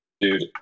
Dude